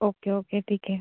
okay okay ठीक आहे